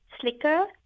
slicker